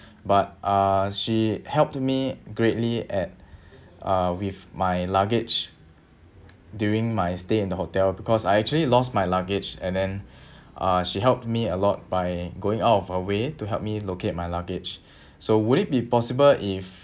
but uh she helped me greatly at uh with my luggage during my stay in the hotel because I actually lost my luggage and then uh she helped me a lot by going out of her way to help me locate my luggage so would it be possible if